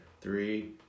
Three